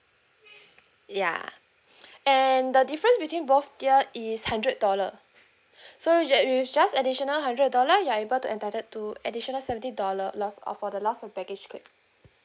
ya and the difference between both tier is hundred dollar so that you just additional hundred dollar you are able to entitled to additional seventy dollar loss of for the loss of baggage claim